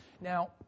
Now